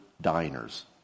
diners